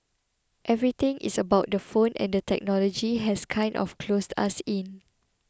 everything is about the phone and the technology has kind of closed us in